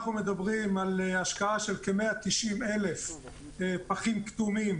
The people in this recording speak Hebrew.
אנחנו מדברים על השקעה של כ-190,000 פחים כתומים,